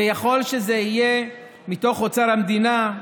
זה יכול שיהיה מתוך אוצר המדינה,